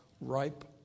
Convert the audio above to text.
ripe